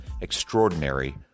extraordinary